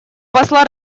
посла